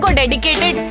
dedicated